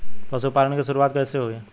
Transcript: पशुपालन की शुरुआत कैसे हुई?